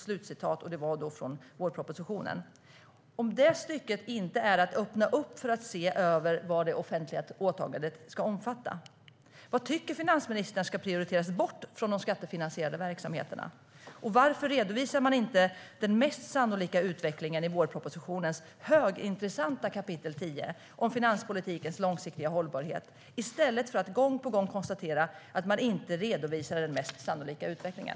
Är inte det att öppna upp för att se över vad det offentliga åtagandet ska omfatta? Vad tycker finansministern ska prioriteras bort från de skattefinansierade verksamheterna? Varför redovisar man inte den mest sannolika utvecklingen i vårpropositionens högintressanta kap. 10 om finanspolitikens långsiktiga hållbarhet i stället för att gång på gång konstatera att man "inte redovisar den mest sannolika utvecklingen"?